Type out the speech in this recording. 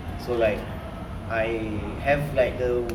so like I have like the